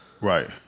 Right